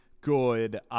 good